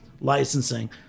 licensing